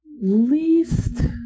least